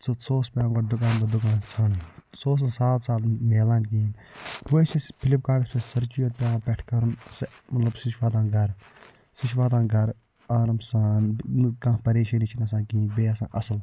سُہ اوس پیٚوان گۄڈٕ دُکان پَتہٕ دُکان ژھانٛڈُن سُہ اوس نہٕ سَہل سَہل میلان کِہیٖنۍ تہٕ وۄنۍ ٲسۍ أسۍ فِلپکارٹَس پٮ۪ٹھ سٔرچٕے یوت پیٚوان پٮ۪ٹھہٕ کرُن سُہ مطلب سُہ چھُ واتان گھرٕ سُہ چھُ واتان گھرٕ آرام سان بیٚیہِ نہٕ کانٛہہ پَریشٲنی چھِ آسان کِہیٖنۍ بیٚیہِ آسان اصٕل